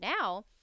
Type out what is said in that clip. now